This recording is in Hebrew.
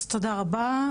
אז תודה רבה.